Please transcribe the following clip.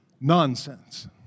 nonsense